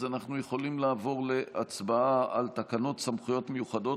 אז אנחנו יכולים לעבור להצבעה על תקנות סמכויות מיוחדות